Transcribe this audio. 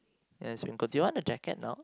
ya it's been do you want the jacket now